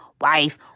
wife